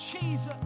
Jesus